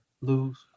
lose